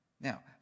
Now